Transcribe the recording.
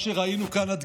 מה שראינו כאן היום,